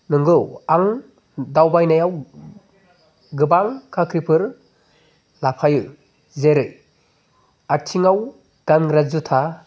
नंगौ आं दावबायनायाव गोबां खाख्रिफोर लाफायो जेरै आथिङाव गानग्रा जुथा